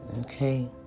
Okay